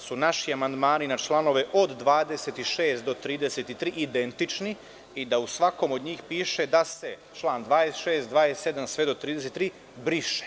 su naši amandmani na članove od 26. do 33. identični i da u svakom od njih piše da se čl. 26, 27, pa sve do 33. brišu.